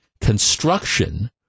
construction